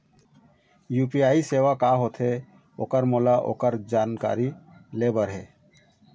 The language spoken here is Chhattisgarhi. यू.पी.आई सेवा का होथे ओकर मोला ओकर जानकारी ले बर हे?